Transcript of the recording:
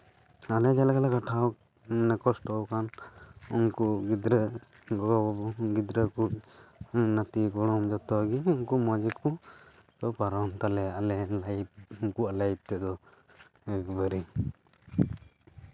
ᱟᱞᱮ ᱪᱮᱫ ᱞᱮᱠᱟᱞᱮ ᱠᱚᱥᱴᱚᱣ ᱠᱟᱱ ᱩᱱᱠᱩ ᱜᱤᱫᱽᱨᱟᱹ ᱠᱚ ᱱᱟᱹᱛᱤ ᱜᱚᱲᱚᱢ ᱡᱚᱛᱚᱜᱮ ᱩᱱᱠᱩ ᱢᱚᱡᱽ ᱜᱮᱠᱚ ᱯᱟᱨᱚᱢ ᱛᱟᱞᱮᱭᱟ ᱟᱞᱮ ᱞᱟᱭᱤᱯᱷ ᱩᱱᱠᱩᱣᱟᱜ ᱞᱟᱭᱤᱯᱷ ᱴᱟ ᱫᱚ ᱮᱠᱵᱟᱨᱮ